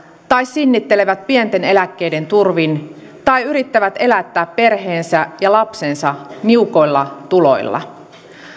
tai sinnittelevät pienten eläkkeiden turvin tai yrittävät elättää perheensä ja lapsensa niukoilla tuloilla